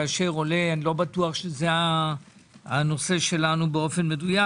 כאשר עולה לא בטוח שזה הנושא שלנו באופן מדויק,